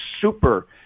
super